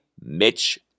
Mitch